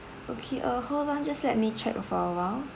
okay uh hold on just let me check for a while